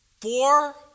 Four